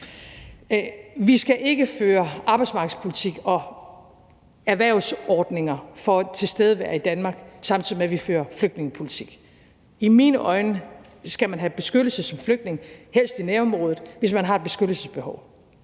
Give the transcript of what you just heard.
Vi skal ikke føre arbejdsmarkedspolitik og erhvervsordninger for tilstedevær i Danmark, samtidig med at vi fører flygtningepolitik. I mine øjne skal man have beskyttelse som flygtning, helst i nærområdet, hvis man har et beskyttelsesbehov.